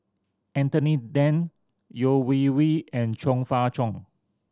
Anthony Then Yeo Wei Wei and Chong Fah Cheong